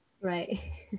right